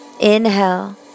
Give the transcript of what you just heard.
Inhale